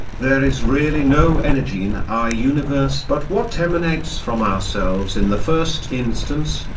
there is really no energy in our universe but what emanates from ourselves in the first instance,